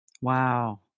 Wow